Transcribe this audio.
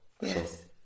Yes